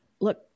look